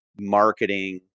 marketing